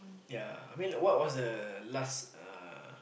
ya I mean what was the last uh